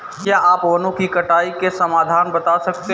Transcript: क्या आप वनों की कटाई के समाधान बता सकते हैं?